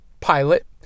pilot